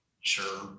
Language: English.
Sure